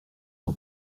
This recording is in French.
son